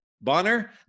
Bonner